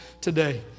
today